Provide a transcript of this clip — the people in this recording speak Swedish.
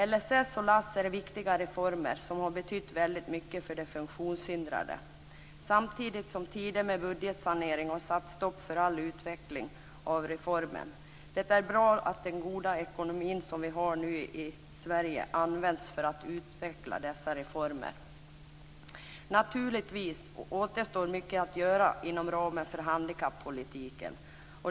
LSS och LAS är viktiga reformer som har betytt väldigt mycket för de funktionshindrade; detta samtidigt som tider av budgetsanering satt stopp för all utveckling av reformen. Det är bra att den goda ekonomi som vi nu har i Sverige används för att utveckla sådana här reformer. Naturligtvis återstår mycket att göra inom ramen för handikappolitiken.